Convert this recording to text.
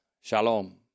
shalom